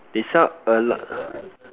they sell a lot